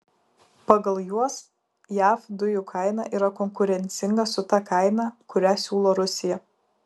pagal juos jav dujų kaina yra konkurencinga su ta kaina kurią siūlo rusija